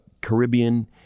Caribbean